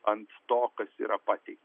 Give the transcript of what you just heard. ant to kas yra pateikta